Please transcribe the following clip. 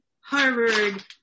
Harvard